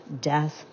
death